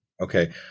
Okay